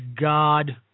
God